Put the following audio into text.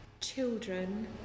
children